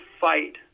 fight